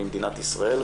ממדינת ישראל,